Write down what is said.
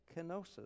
kenosis